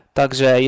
także